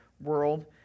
world